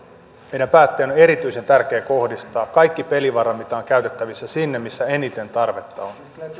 meidän päättäjien on erityisen tärkeää kohdistaa kaikki pelivara mitä on käytettävissä sinne missä eniten tarvetta on